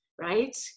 right